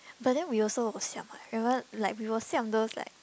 but then we also will siam what remember we will siam those like